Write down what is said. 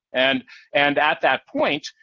and and at that point,